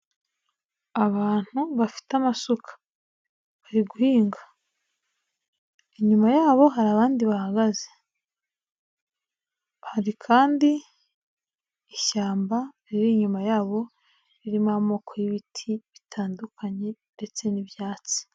Abantu bafite amasuka bari guhinga, inyuma yabo hari abandi bahagaze, hari kandi ishyamba riri inyuma yabo ririmo amoko y'ibiti bitandukanye ndetse n'ibyatsi.